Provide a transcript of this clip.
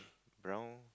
brown